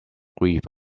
grieve